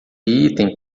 item